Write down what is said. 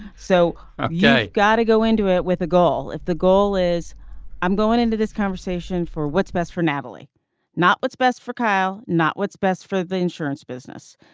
so yeah i got to go into it with a goal. if the goal is i'm going into this conversation for what's best for natalie not what's best for kyle not what's best for the insurance business.